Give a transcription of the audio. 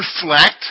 reflect